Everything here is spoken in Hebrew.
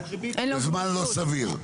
בזמן לא סביר.